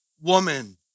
woman